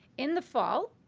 in the fall,